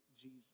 Jesus